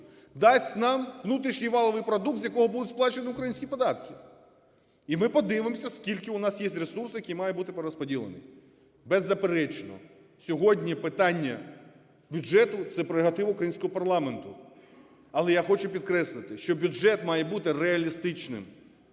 дасть нам внутрішній валовий продукт, з якого будуть сплачені українські податки. І ми подивимося, скільки у нас є ресурс, який має бути перероззподілений. Беззаперечно, сьогодні питання бюджету - це прерогатива українського парламенту. Але я хочу підкреслити, що бюджет має бути реалістичним.